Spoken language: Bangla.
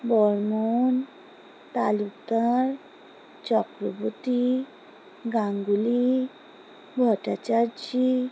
বর্মন তালুকদার চক্রবর্তী গাঙ্গুলি ভট্টাচার্য